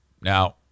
now